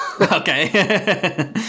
Okay